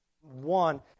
one